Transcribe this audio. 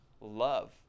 love